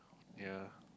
ya